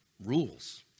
Rules